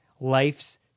life's